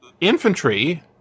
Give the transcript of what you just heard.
infantry